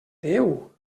déu